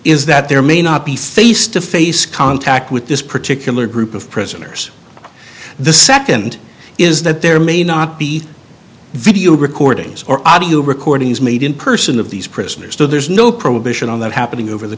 is that there may not be face to face contact with this particular group of prisoners the second is that there may not be video recordings or audio recordings made in person of these prisoners so there's no prohibition on that happening over the